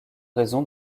raison